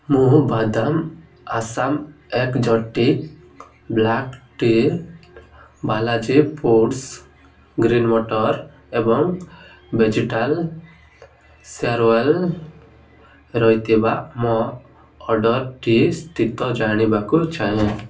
ମୁଁ badam Assam exotic black tea Balaji foods green ମଟର ଏବଂ ଭେଜିଟାଲ୍ ହେୟାର୍ ୱେଲ୍ ରହିଥିବା ମୋ ଅର୍ଡ଼ର୍ଟିର ସ୍ଥିତି ଜାଣିବାକୁ ଚାହେଁ